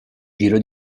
giro